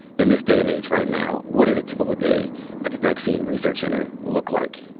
in this day and age, right now, what does a typical day at the vaccine research center look like?